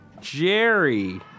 Jerry